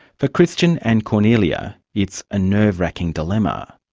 for christian and kornelia, it's a nerve-wracking dilemma.